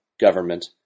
government